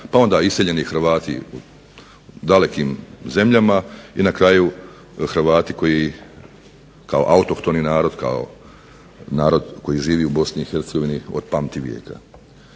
pa onda iseljeni Hrvati u dalekim zemljama i na kraju Hrvati koji kao autohtoni narod, kao narod koji živi u Bosni i